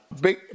Big